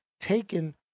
taken